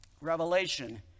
Revelation